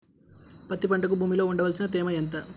పత్తి పంటకు భూమిలో ఉండవలసిన తేమ ఎంత?